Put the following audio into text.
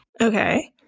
Okay